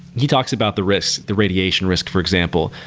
he talks about the risks, the radiation risk, for example,